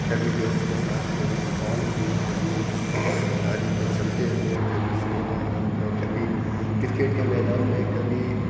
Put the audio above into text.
کبھی دوست کے ساتھ کبھی دکان پہ کبھی گاڑی پہ چلتے ہوئے کبھی سنیما ہال میں کبھی کرکٹ کے میدان میں کبھی